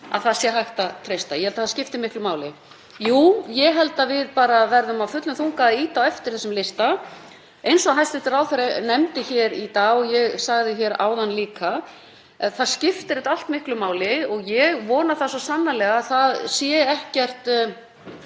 að það sé hægt að treysta. Ég held að það skipti miklu máli. Jú, ég held að við verðum af fullum þunga að ýta á eftir þessum lista, eins og hæstv. ráðherra nefndi hér í dag og ég sagði líka áðan. Þetta skiptir allt miklu máli og ég vona svo sannarlega að það sé ekkert